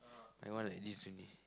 that one like this only